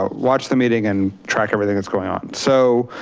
ah watch the meeting and track everything that's going on. so